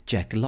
Jack